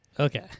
Okay